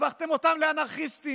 שהפכתם אותם לאנרכיסטים.